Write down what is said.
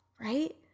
right